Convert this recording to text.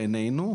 בעינינו,